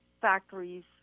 factories